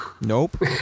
Nope